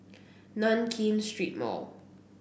Nankin Street Mall